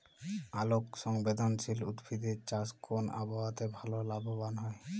আলোক সংবেদশীল উদ্ভিদ এর চাষ কোন আবহাওয়াতে ভাল লাভবান হয়?